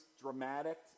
dramatic